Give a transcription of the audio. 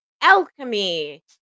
alchemy